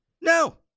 No